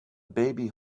baby